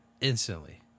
Instantly